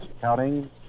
Counting